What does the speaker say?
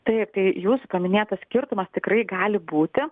taip tai jūsų paminėtas skirtumas tikrai gali būti